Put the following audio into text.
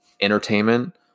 entertainment